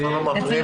אנחנו לא מפריעים.